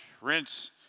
rinse